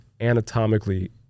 anatomically